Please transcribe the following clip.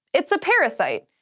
it's a parasite,